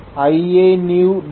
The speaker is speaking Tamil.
5 j524